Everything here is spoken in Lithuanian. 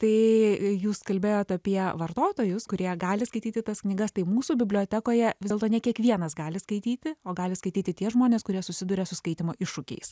tai jūs kalbėjot apie vartotojus kurie gali skaityti tas knygas tai mūsų bibliotekoje vis dėlto ne kiekvienas gali skaityti o gali skaityti tie žmonės kurie susiduria su skaitymo iššūkiais